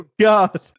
God